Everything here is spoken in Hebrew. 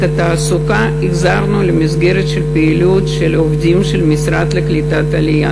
את התעסוקה החזרנו למסגרת של פעילות של העובדים של המשרד לקליטת העלייה,